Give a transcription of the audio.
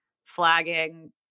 flagging